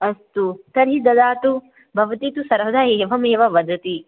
अस्तु तर्हि ददातु भवती तु सर्वदा एवमेव वदति